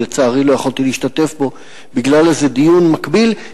שלצערי לא יכולתי להשתתף בו בגלל איזה דיון מקביל.